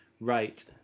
right